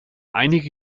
einige